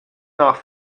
nach